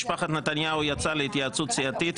משפחת נתניהו יצאה להתייעצות סיעתית.